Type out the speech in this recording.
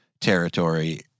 territory